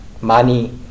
money